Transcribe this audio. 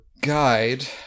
guide